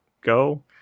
go